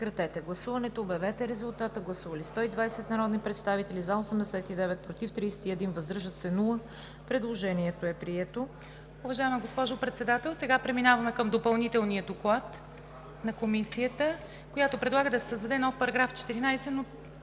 сега преминаваме към Допълнителния доклад на Комисията, която предлага да се създаде нов § 14, но